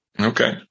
Okay